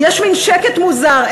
יש מין שקט מוזר,